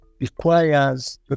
requires